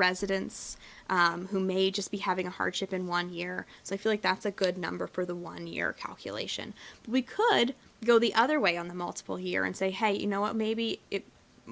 residents who may just be having a hardship in one year so i think that's a good number for the one year calculation we could go the other way on the multiple here and say hey you know what maybe it